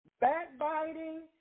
backbiting